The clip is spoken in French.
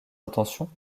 intentions